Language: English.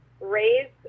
raised